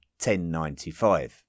1095